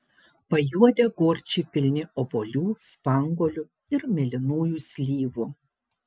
pajuodę gorčiai pilni obuolių spanguolių ir mėlynųjų slyvų